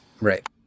Right